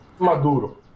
Maduro